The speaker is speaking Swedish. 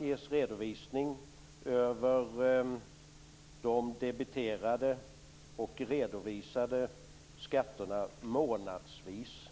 ges redovisning över de debiterade och redovisade skatterna månadsvis.